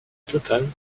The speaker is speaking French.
totale